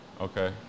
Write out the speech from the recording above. Okay